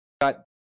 got